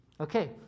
Okay